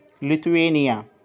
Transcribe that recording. Lithuania